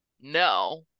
No